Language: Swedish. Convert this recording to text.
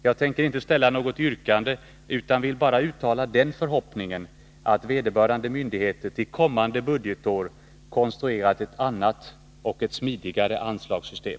Jag tänker inte ställa något yrkande utan vill bara uttala den förhoppningen att vederbörande myndigheter till kommande budgetår konstruerar ett annat och smidigare anslagssystem.